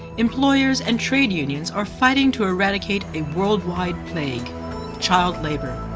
employers and trade unions are fighting to eradicate a worldwide plague child labour.